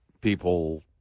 people